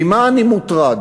ממה אני מוטרד?